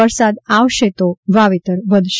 વરસાદ આવશે તો વાવેતર વધશે